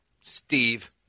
Steve